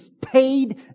paid